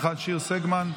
מיכל שיר סגמן,